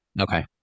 Okay